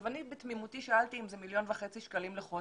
אני בתמימותי שאלתי אם זה מיליון וחצי לחודש.